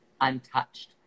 untouched